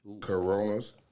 Corona's